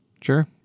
Sure